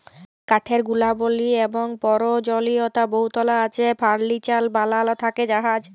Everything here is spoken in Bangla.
কাঠের গুলাবলি এবং পরয়োজলীয়তা বহুতলা আছে ফারলিচার বালাল থ্যাকে জাহাজ